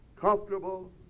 comfortable